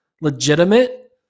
legitimate